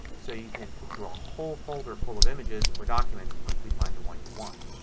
so you can flip through a whole folder full of images or documents and quickly find the one you want.